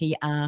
PR